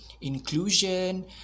inclusion